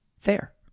fair